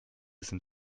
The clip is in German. sind